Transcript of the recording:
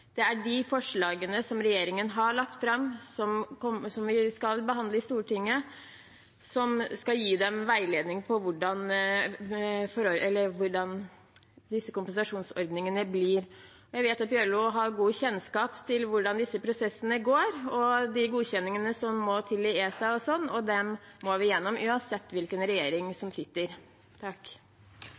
Det er de forslagene som regjeringen har lagt fram, som vi skal behandle i Stortinget, som skal gi dem veiledning om hvordan disse kompensasjonsordningene blir. Jeg vet at Bjørlo har god kjennskap til hvordan disse prosessene går, de godkjenningene som må til i ESA og sånt. Det må vi gjennom uansett hvilken regjering som sitter.